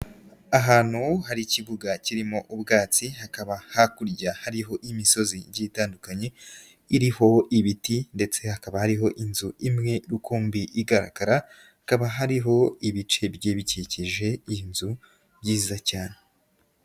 Ahantu hari ikibuga kirimo ubwatsi, hakaba hakurya hariho imisozi igiye itandukanye, iriho ibiti ndetse hakaba hariho inzu imwe rukumbi igaragara, hakaba hariho ibice bigiye bikikije inzu, byiza cyane.